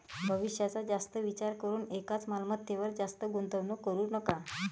भविष्याचा जास्त विचार करून एकाच मालमत्तेवर जास्त गुंतवणूक करू नका